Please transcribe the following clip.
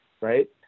right